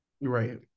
Right